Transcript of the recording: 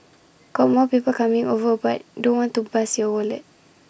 got more people coming over but don't want to bust your wallet